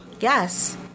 Yes